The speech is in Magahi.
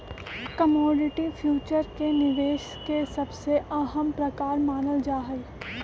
कमोडिटी फ्यूचर के निवेश के सबसे अहम प्रकार मानल जाहई